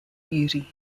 beauty